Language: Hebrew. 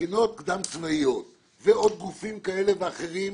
מכינות קדם צבאיות או גופים כאלה ואחרים